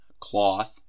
cloth